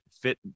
fit